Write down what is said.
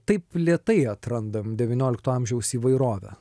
taip lėtai atrandam devyniolikto amžiaus įvairovę